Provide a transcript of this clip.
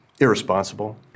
Irresponsible